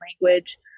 language